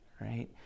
right